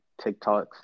TikToks